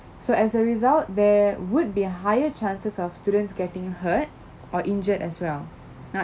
so as a result there would be higher chances of students getting hurt or injured as well not